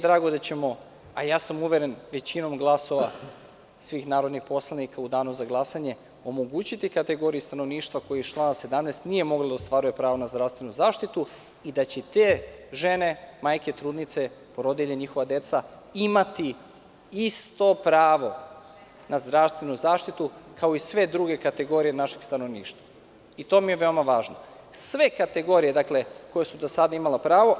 Drago mi je da ćemo, a ja sam uveren većinom glasova svih narodnih poslanika, u Danu za glasanje omogućiti kategoriji stanovništva koja iz člana 17. nije mogla da ostvaruje pravo na zdravstvenu zaštitu i da će te žene, majke, trudnice, porodilje i njihova deca imati isto pravo na zdravstvenu zaštitu kao i sve druge kategorije našeg stanovništva, to mi je veoma važno, sve kategorije koje su do sada imale pravo.